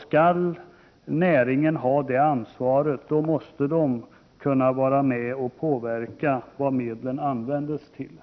Skall näringen ha det ansvaret, måste den kunna vara med och påverka vad medlen används till.